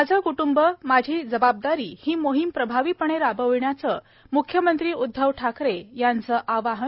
माझं कुटुंब माझी जबाबदारी ही मोहीम प्रभावीपणे राबविण्याचं म्ख्यमंत्री उद्धव ठाकरे यांचं आवाहन